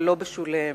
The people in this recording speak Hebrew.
אבל לא באמת בשוליהם,